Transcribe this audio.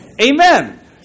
Amen